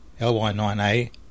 LY9A